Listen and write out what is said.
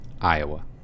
Iowa